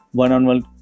one-on-one